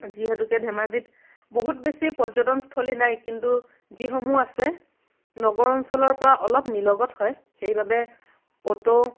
যিহেতুকে ধেমাজিত বহুত বেছি পৰ্যটনস্থলী নাই কিন্তু যিসমূহ আছে নগৰ অঞ্চলৰ পৰা অলপ নিলগত হয় সেইবাবে অট'